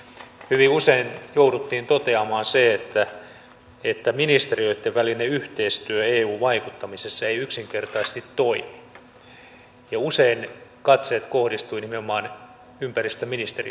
hyvin usein jouduttiin toteamaan se että ministeriöitten välinen yhteistyö eu vaikuttamisessa ei yksinkertaisesti toimi ja usein katseet kohdistuivat nimenomaan ympäristöministeriön suuntaan